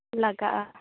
ᱞᱟᱜᱟᱜᱼᱟ